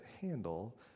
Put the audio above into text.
handle